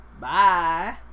Bye